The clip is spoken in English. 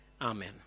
Amen